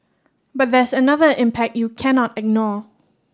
but there's another impact you cannot ignore